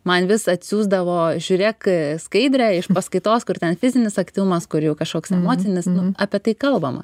man vis atsiųsdavo žiūrėk skaidrę iš paskaitos kur ten fizinis aktyvumas kur jau kažkoks emocinis nu apie tai kalbama